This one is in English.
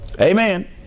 Amen